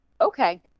okay